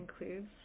includes